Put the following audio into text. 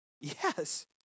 Yes